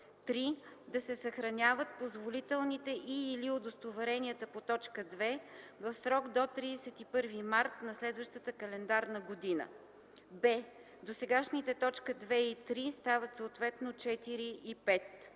3. да съхраняват позволителните и/или удостоверенията по т. 2 в срок до 31 март на следващата календарна година;”; б) досегашните т. 2 и 3 стават съответно т. 4 и 5.